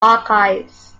archives